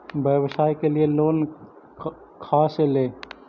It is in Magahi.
व्यवसाय के लिये लोन खा से ले?